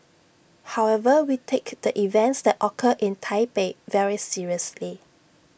however we take the events that occurred in Taipei very seriously